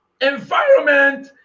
environment